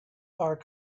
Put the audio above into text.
are